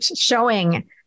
showing